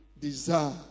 desire